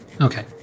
Okay